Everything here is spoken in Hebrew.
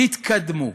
תתקדמו.